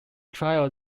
trial